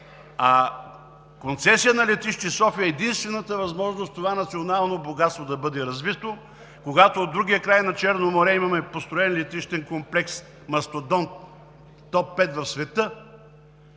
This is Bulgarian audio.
Концесията на летище София е единствената възможност това национално богатство да бъде развито. Когато от другия край на Черно море имаме построен летищен комплекс – мастодонт, топ 5 в света,